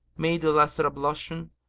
made the lesser ablution,